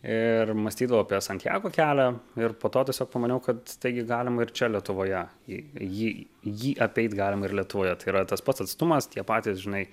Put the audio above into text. iir mąstydavau apie santijago kelią ir po atodūsio pamaniau kad taigi galima ir čia lietuvoje jį jį jį apeit galima ir lietuvoje tai yra tas pats atstumas tie patys žinai